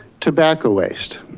tobacco waste.